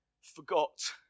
forgot